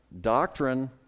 doctrine